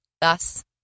Thus